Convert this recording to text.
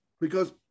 because-